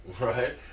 right